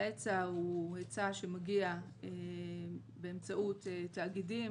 ההיצע הוא היצע שמגיע באמצעות תאגידים